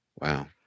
Wow